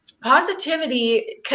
positivity